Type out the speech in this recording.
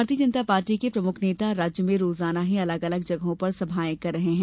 भारतीय जनता पार्टी के प्रमुख नेता राज्य में रोजाना ही अलग अलग जगहों पर सभाये कर रहे हैं